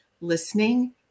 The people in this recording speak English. listening